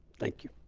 thank you.